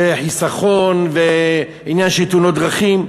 על חיסכון ועל העניין של תאונות דרכים,